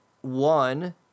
one